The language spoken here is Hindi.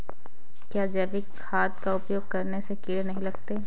क्या जैविक खाद का उपयोग करने से कीड़े नहीं लगते हैं?